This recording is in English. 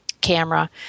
camera